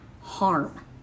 harm